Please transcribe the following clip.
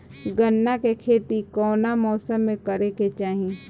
गन्ना के खेती कौना मौसम में करेके चाही?